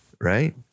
Right